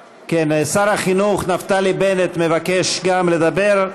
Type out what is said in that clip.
כן, שר החינוך נפתלי בנט מבקש גם לדבר.